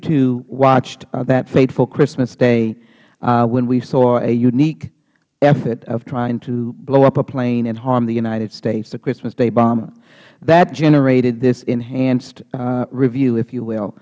too watched that fateful christmas day when we saw a unique effort of trying to blow up a plane and harm the united states the christmas day bomber that generated this enhanced review if you will